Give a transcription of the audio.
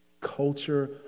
culture